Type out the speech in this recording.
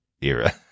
era